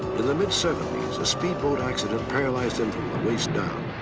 the the mid seventy s a speedboat accident paralyzed him from the waist down.